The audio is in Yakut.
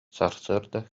сарсыарда